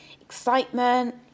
excitement